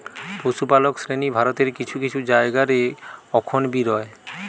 পশুপালক শ্রেণী ভারতের কিছু কিছু জায়গা রে অখন বি রয়